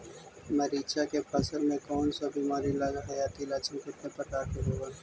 मीरचा के फसल मे कोन सा बीमारी लगहय, अती लक्षण कितने प्रकार के होब?